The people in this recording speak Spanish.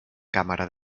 cámara